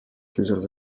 plusieurs